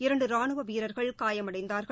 இரண்டு ராணுவ வீரர்கள் காயமடைந்தார்கள்